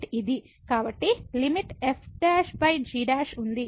కాబట్టి limit f g ఉంది